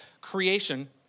creation